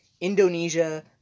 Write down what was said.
Indonesia